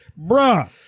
Bruh